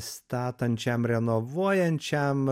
statančiam renovuojančiam